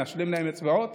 נשלים להם אצבעות.